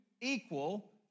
equal